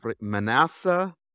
Manasseh